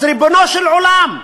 אז ריבונו של עולם,